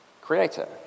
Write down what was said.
Creator